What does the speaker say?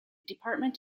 department